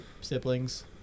siblings